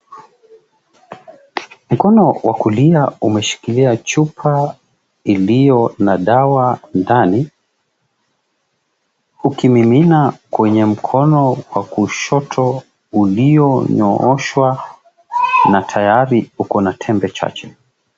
Mkono wakulia umeshikilia chupa iliyo na dawa ndani, ukimimina kwenye mkono wa kushoto ulionyooshwa na tayari uko na tembe chache.